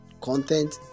content